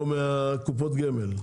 או מקופות גמל?